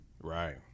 Right